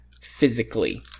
physically